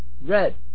red